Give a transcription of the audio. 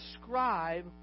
describe